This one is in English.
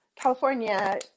California